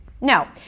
No